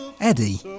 Eddie